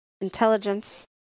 intelligence